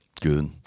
Good